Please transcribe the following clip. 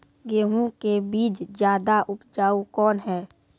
गेहूँ के बीज ज्यादा उपजाऊ कौन है?